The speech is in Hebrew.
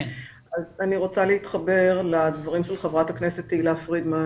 אני רוצה להתחבר לדברים של חברת הכנסת תהלה פרידמן